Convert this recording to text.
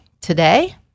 today